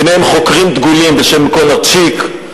ביניהם חוקרים דגולים כמו קונרד שיק,